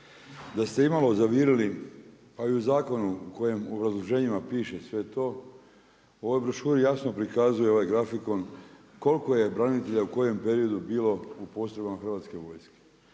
Da ste imalo zavirili, pa i u zakonu u kojem obrazloženjima piše sve to, ova brošura jasno prikazuje ovaj grafikon, koliko je branitelja u kojem periodu u postrojbama Hrvatske vojske.